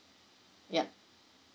yup